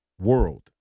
world